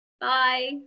Bye